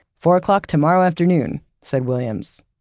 four o'clock tomorrow afternoon, said williams.